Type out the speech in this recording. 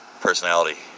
personality